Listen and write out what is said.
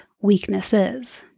weaknesses